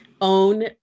own